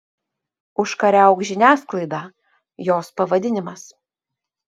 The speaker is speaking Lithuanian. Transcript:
užkariauk žiniasklaidą jos pavadinimas